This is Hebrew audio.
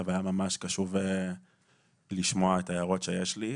והוא היה ממש קשוב לשמוע את ההערות שהיו לי.